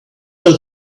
does